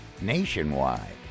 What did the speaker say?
Nationwide